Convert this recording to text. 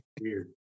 weird